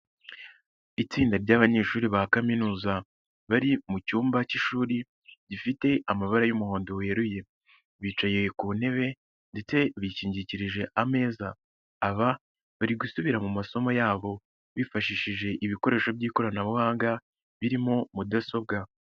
Itsinda ry'abanyeshuri ba kaminuza bari mu cyumba cy'ishuri gifite amabara y'umuhondo weruye, bicaye ku ntebe ndetse bishingikirije ameza, aba bari gusubira mu masomo yabo bifashishije ibikoresho by'ikoranabuhanga birimo mudasobwa.